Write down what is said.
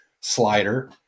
slider